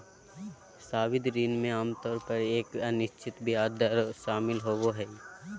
सावधि ऋण में आमतौर पर एक अनिश्चित ब्याज दर शामिल होबो हइ